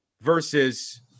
versus